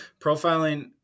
profiling